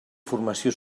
formació